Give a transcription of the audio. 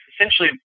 essentially